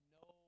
no